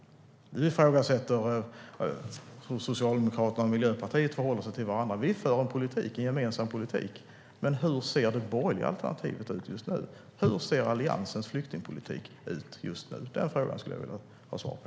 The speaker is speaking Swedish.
Ni ifrågasätter hur vi socialdemokrater och Miljöpartiet förhåller oss till varandra. Vi för en gemensam politik. Men hur ser Alliansens flyktingpolitik ut just nu? Den frågan skulle jag vilja ha svar på.